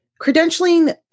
credentialing